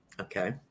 Okay